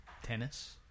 Tennis